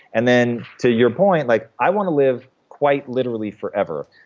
and then to your point, like i want to live quite literally forever.